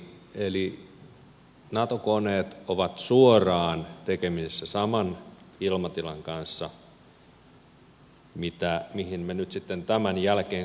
eli nato koneet ovat suoraan tekemisissä saman ilmatilan kanssa mihin me nyt sitten tämän jälkeen kuuluisimme